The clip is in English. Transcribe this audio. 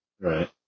Right